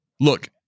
Look